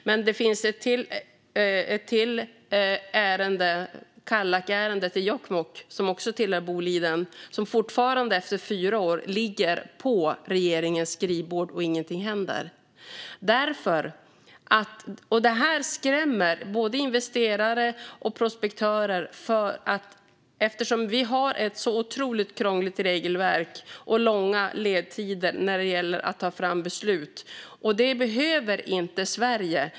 Men det finns ett till ärende - Kallak i Jokkmokk, som också tillhör Boliden - som fortfarande efter fyra år ligger på regeringens bord och där ingenting händer. Det här skrämmer både investerare och prospektörer eftersom vi har ett så otroligt krångligt regelverk och långa ledtider när det gäller att ta fram beslut, och det behöver inte Sverige.